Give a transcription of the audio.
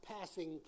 passing